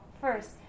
first